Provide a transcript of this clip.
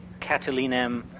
Catalinem